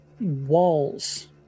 walls